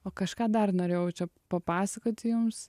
o kažką dar norėjau čia papasakoti jums